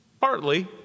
Partly